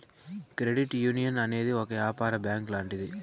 credit union అనేది ఒక యాపార బ్యాంక్ లాంటిది